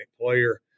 player